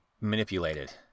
manipulated